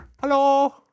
Hello